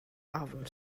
ofn